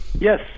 Yes